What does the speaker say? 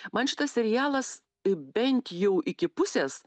man šitas serialas bent jau iki pusės